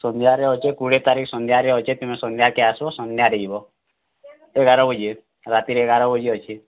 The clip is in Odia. ସନ୍ଧ୍ୟାରେ ଅଛେ କୁଡ଼ିଏ ତାରିଖ୍ ସନ୍ଧ୍ୟାରେ ଅଛେ ତୁମେ ସନ୍ଧ୍ୟାକେ ଆସ୍ବ ସନ୍ଧ୍ୟାରେ ଯିବ ଏଗାର ବଜେ ରାତିର୍ ଏଗାର ବଜେ ଅଛେ